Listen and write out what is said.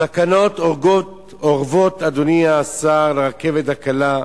סכנות אורבות, אדוני השר, לרכבת הקלה.